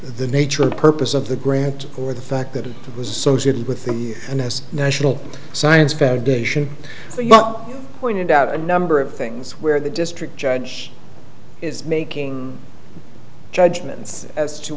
the nature and purpose of the grant or the fact that it was associated with the n s national science foundation but pointed out a number of things where the district judge is making judgments as to